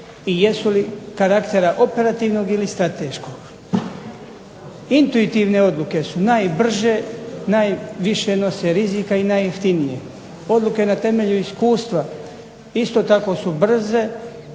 i jesu li karaktera operativnog ili strateškog. Intuitivne odluke su najbrže, najviše nose rizika i najjeftinije. Odluke na temelju iskustva isto tako su brze,